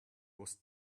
was